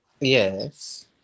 Yes